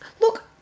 look